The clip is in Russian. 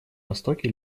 востоке